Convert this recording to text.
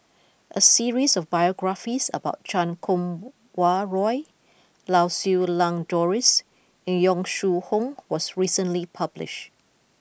a series of biographies about Chan Kum Wah Roy Lau Siew Lang Doris and Yong Shu Hoong was recently published